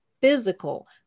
physical